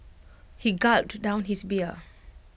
he gulped down his beer